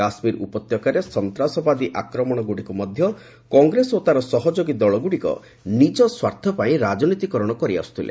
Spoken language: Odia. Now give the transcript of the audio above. କାଶ୍ମୀର ଉପତ୍ୟକାରେ ସନ୍ତାସବାଦୀ ଆକ୍ରମଣଗୁଡ଼ିକୁ ମଧ୍ୟ କଂଗ୍ରେସ ଓ ତାର ସହଯୋଗୀ ଦଳଗୁଡ଼ିକ ନିଜ ସ୍ୱାର୍ଥ ପାଇଁ ରାଜନୀତିକରଣ କରିଆସୁଥିଲେ